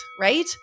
right